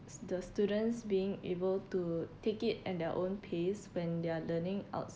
it's the students being able to take it at their own pace when they're learning out